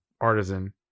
artisan